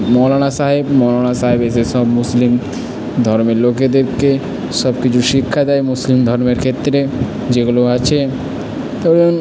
মৌলানা সাহেব মৌলানা সাহেব এসে সব মুসলিম ধর্মের লোকেদেরকে সব কিছু শিক্ষা দেয় মুসলিম ধর্মের ক্ষেত্রে যেগুলো আছে ধরুন